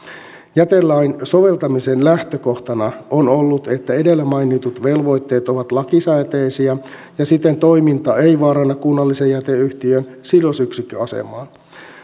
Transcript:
jätelain soveltamisen lähtökohtana on ollut että edellä mainitut velvoitteet ovat lakisääteisiä ja siten toiminta ei vaaranna kunnallisen jäteyhtiön sidosyksikköasemaa